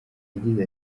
yagize